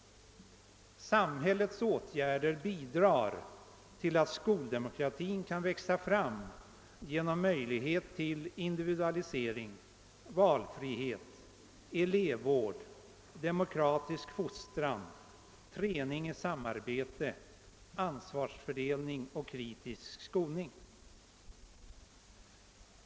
Samhällets åtgärder bidrar till att skoldemokratin kan växa fram genom möjlighet till individualisering, valfrihet, elevvård, demokratisk fostran, träning i samarbete, ansvarsfördelning och kritisk skolning.